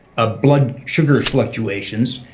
ah blood sugar fluctuations.